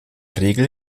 regel